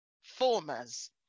formers